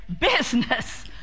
business